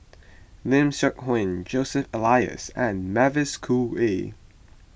Lim Seok Hui Joseph Elias and Mavis Khoo Oei